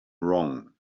wrong